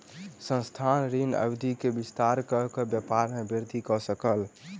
संस्थान, ऋण अवधि के विस्तार कय के व्यापार में वृद्धि कय सकल